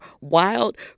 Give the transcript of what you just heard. wild